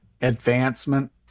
advancement